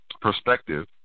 perspective